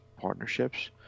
partnerships